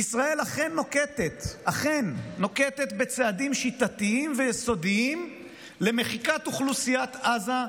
"ישראל אכן נוקטת צעדים שיטתיים ויסודיים למחיקת אוכלוסיית עזה,